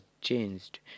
changed